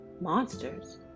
Monsters